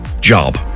job